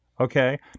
Okay